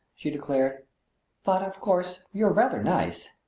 she declared but, of course, you're rather nice.